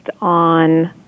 on